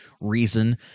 reason